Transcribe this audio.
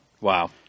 Wow